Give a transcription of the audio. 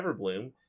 Everbloom